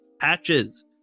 patches